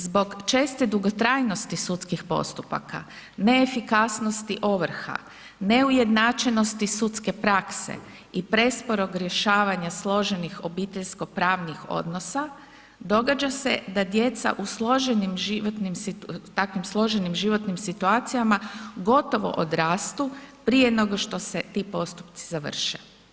Zbog česte dugotrajnosti sudskih postupaka, neefikasnosti ovrha, neujednačenosti sudske prakse i presporog rješavanja složenih obiteljsko pravnih odnosa događa se da djeca u složenim životnim, takvim složenim životnim situacijama gotovo odrastu prije nego što se ti postupci završe.